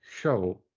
show